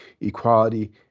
equality